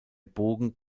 bogen